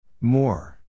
more